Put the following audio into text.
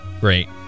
Great